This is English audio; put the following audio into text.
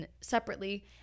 separately